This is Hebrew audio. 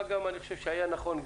מה גם אני חושב שהיה נכון,